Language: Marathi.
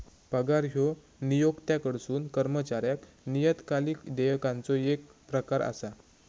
पगार ह्यो नियोक्त्याकडसून कर्मचाऱ्याक नियतकालिक देयकाचो येक प्रकार असा